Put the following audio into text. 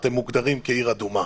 אתם מוגדרים כעיר אדומה.